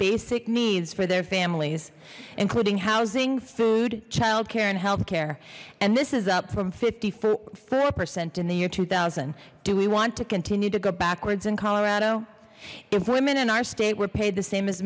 basic needs for their families including housing food childcare and health care and this is up from fifty four percent in the year two thousand do we want to continue to go backwards in colorado if women in our state were paid the same as